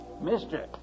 Mister